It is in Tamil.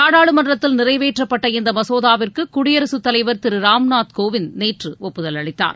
நாடாளுமன்றத்தில் நிறைவேற்றப்பட்ட இந்த மசோதாவிற்கு குடியரசு தலைவர் திரு ராம்நாத் கோவிந்த் நேற்று ஒப்புதல் அளித்தார்